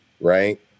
right